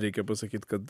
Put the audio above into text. reikia pasakyt kad